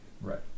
Right